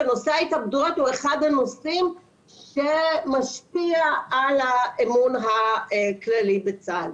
ונושא ההתאבדויות הוא אחד הנושאים שמשפיע על האמון הכללי בצה"ל.